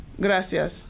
Gracias